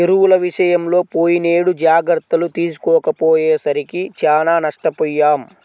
ఎరువుల విషయంలో పోయినేడు జాగర్తలు తీసుకోకపోయేసరికి చానా నష్టపొయ్యాం